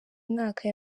mwaka